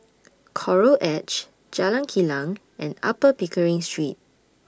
Coral Edge Jalan Kilang and Upper Pickering Street